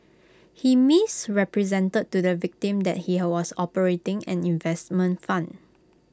he misrepresented to the victim that he has was operating an investment fund